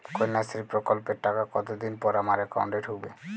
কন্যাশ্রী প্রকল্পের টাকা কতদিন পর আমার অ্যাকাউন্ট এ ঢুকবে?